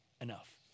enough